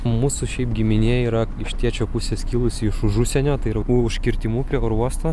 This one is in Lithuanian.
mūsų šiaip giminė yra iš tėčio pusės kilusi iš užsienio tai yra už kirtimų prie oro uosto